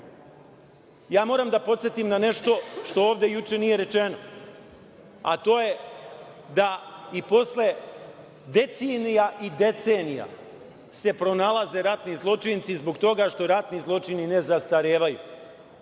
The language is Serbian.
da podsetim na nešto što ovde juče nije rečeno, a to je da i posle decenija i decenija se pronalaze ratni zločinci zbog toga što ratni zločini ne zastarevaju.